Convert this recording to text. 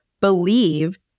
believe